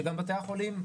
שגם בתי החולים,